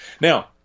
Now